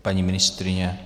Paní ministryně?